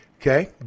Okay